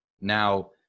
now